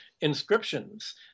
inscriptions